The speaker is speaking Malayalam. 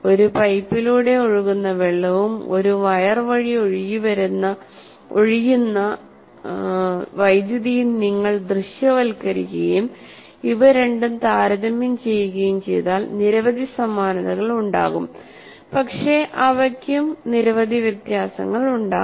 ഒരു പൈപ്പിലൂടെ ഒഴുകുന്ന വെള്ളവും ഒരു വയർ വഴി ഒഴുകുന്ന വൈദ്യുതിയും നിങ്ങൾ ദൃശ്യവൽക്കരിക്കുകയും ഇവ രണ്ടും താരതമ്യം ചെയ്യുകയും ചെയ്താൽ നിരവധി സമാനതകൾ ഉണ്ടാകും പക്ഷേ അവയ്ക്കും നിരവധി വ്യത്യാസങ്ങൾ ഉണ്ടാകും